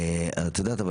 אבל את יודעת,